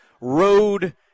road